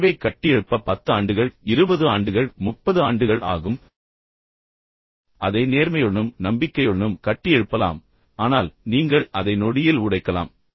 உறவைக் கட்டியெழுப்ப 10 ஆண்டுகள் 20 ஆண்டுகள் 30 ஆண்டுகள் ஆகும் பின்னர் அதை நேர்மையுடனும் நம்பிக்கையுடனும் கட்டியெழுப்பலாம் ஆனால் நீங்கள் அதை நொடியில் உடைக்கலாம்